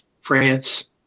France